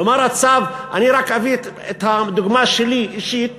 אני רק אביא את הדוגמה האישית